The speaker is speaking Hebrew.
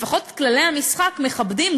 לפחות את כללי המשחק מכבדים,